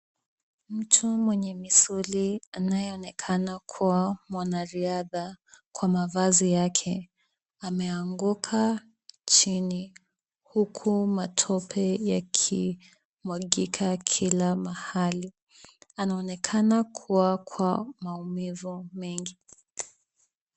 Mtu mwenye misuli anayeonekana kuwa mwanariadha kwa mavazi yake, ameanguka chini huku matope yakimwagika kila mahali. Anaonekana kuwa kwa maumivu mengi.